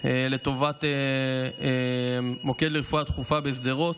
לטובת מוקד לרפואה דחופה בשדרות.